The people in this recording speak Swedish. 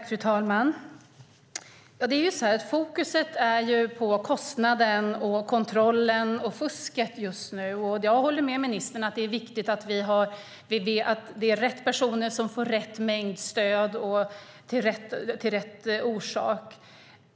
Fru talman! Det är så att fokus just nu är på kostnaden, kontrollen och fusket. Jag håller med ministern om att det är viktigt att det är rätt personer som får rätt mängd stöd - av rätt orsak.